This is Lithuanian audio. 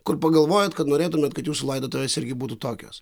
kur pagalvojot kad norėtumėt kad jūsų laidotuvės irgi būtų tokios